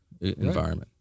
environment